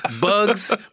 Bugs